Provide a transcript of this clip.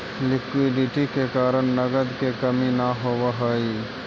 liquidity के कारण नगद के कमी न होवऽ हई